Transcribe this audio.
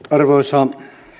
arvoisa